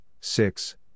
six